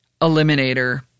eliminator